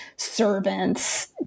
Servants